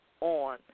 on